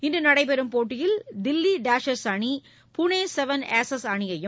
இன்று நடைபெறும் போட்டியில் தில்லி டேஷர்ஸ் அணி புனே செவன் ஏசெஸ் அணியையும்